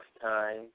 time